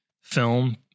film